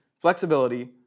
flexibility